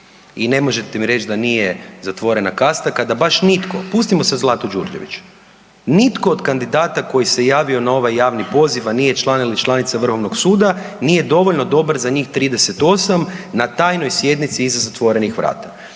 i ne možete mi reći da nije zatvorena kasta kada baš nitko, pustimo sad Zlatu Đurđević, nitko od kandidata koji se javio na ovaj javni poziv, a nije član ili članica Vrhovnog suda nije dovoljno dobar za njih 38 na tajnoj sjednici iza zatvorenih vrata.